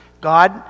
God